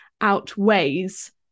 outweighs